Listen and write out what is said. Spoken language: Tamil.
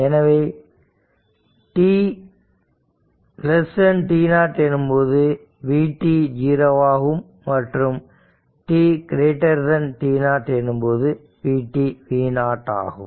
எனவே t t0 எனும்போது vt 0 ஆகும் மற்றும் tt0 எனும்போது vt v0 ஆகும்